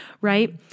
right